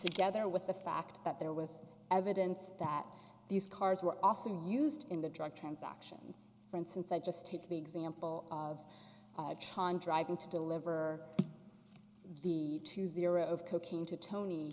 together with the fact that there was evidence that these cars were also used in the drug transactions for instance i just had to be example of chon driving to deliver the two zero of cocaine to tony